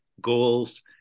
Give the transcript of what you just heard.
goals